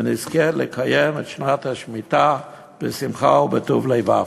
ונזכה לקיים את שנת השמיטה בשמחה ובטוב לבב.